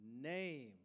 name